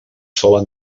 sola